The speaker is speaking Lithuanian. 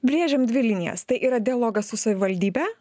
brėžiam dvi linijas tai yra dialogas su savivaldybe